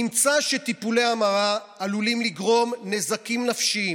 נמצא שטיפולי ההמרה עלולים "לגרום לנזקים נפשיים